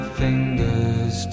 fingers